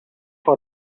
for